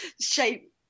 shape